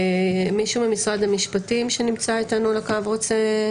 מישהו ממשרד המשפטים שנמצא איתנו על הקו רוצה?